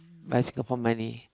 by Singapore money